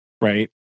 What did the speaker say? right